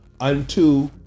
unto